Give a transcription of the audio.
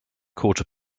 quarter